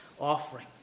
offering